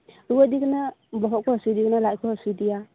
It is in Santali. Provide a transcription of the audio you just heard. ᱨᱩᱣᱟᱹ ᱤᱫᱤᱭᱮ ᱠᱟᱱᱟ ᱵᱚᱦᱚᱜ ᱠᱚ ᱦᱟᱥᱩ ᱤᱫᱤᱭᱮ ᱠᱟᱱᱟ ᱞᱟᱡ ᱠᱚ ᱦᱟᱥᱩ ᱤᱫᱤᱭᱟ